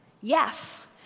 Yes